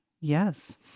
Yes